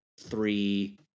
three